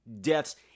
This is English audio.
death's